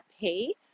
pay